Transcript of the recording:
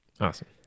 awesome